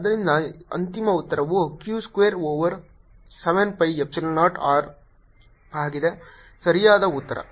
ಆದ್ದರಿಂದ ಅಂತಿಮ ಉತ್ತರವು Q square over 7 pi epsilon 0 r ಆಗಿದೆ ಅದು ಸರಿಯಾದ ಉತ್ತರ